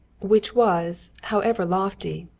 which was, however lofty,